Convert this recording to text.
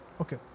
Okay